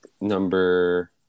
number